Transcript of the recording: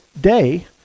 day